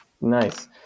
Nice